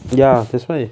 ya that's why